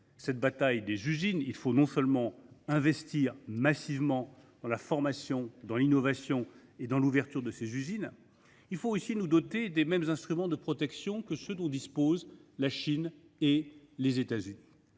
et des usines, il faut non seulement investir massivement dans la formation, dans l’innovation et dans l’ouverture de ces usines, mais aussi nous doter des mêmes instruments de protection que ceux dont disposent la Chine et les États Unis.